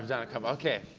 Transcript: done a couple. okay,